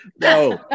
No